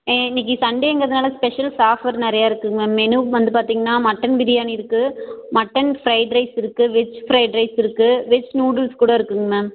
இன்னக்கு சண்டேங்கிறதுனால specials offer நிறையா இருக்குங்க மெனு வந்து பார்த்திங்கன்னா மட்டன் பிரியாணி இருக்கு மட்டன் ஃபிரைட் ரைஸ் இருக்கு வெஜ் ஃபிரைட் ரைஸ் இருக்கு வெஜ் நூடுல்ஸ் கூட இருக்குங்க மேம்